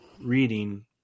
reading